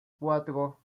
cuatro